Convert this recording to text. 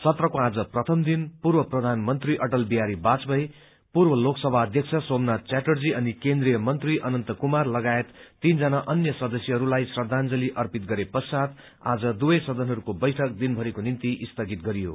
सत्रको आज प्रथम दिन पूर्व प्रधानमन्त्री अटल बिहारी बाजपेयी पूर्व लोकसभा अध्यक्ष सोमनाथ च्याटर्जी अनि केन्द्रीय मन्त्री अनन्त कुमार लगायत तीनजना अन्य सदस्यहरूलाई श्रद्धांजली अर्पित गरे पश्चात आज दुवै सदनहरूको वैठक दिनभरिको निम्ति स्थगित गरियो